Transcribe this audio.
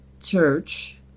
church